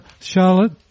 Charlotte